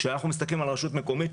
כשאנחנו מסתכלים על רשות מקומית,